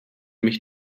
mich